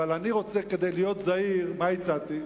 אבל כדי להיות זהיר, מה הצעתי?